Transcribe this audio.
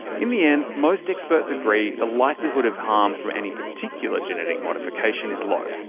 in the end, most experts agree the likelihood of harm from any particular genetic modification is low.